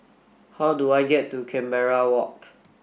how do I get to Canberra Walk